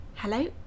Hello